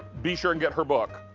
be sure and get her book.